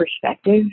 perspective